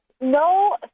no